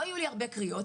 לא יהיו לי הרבה קריאות,